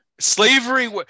Slavery